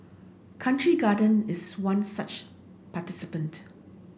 Country Garden is one such participant